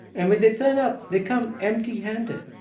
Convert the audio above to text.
and when they turn up, they come empty-handed.